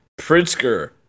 Pritzker